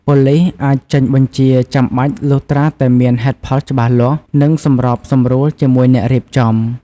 ប៉ូលិសអាចចេញបញ្ជាចាំបាច់លុះត្រាតែមាន ហេតុផលច្បាស់លាស់ និង សម្របសម្រួលជាមួយអ្នករៀបចំ។